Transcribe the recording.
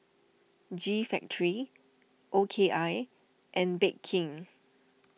G Factory O K I and Bake King